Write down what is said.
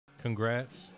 Congrats